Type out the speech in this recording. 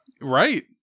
Right